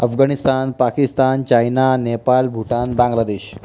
Afghanistan Pakistan China Nepal Bhutan Bangladesh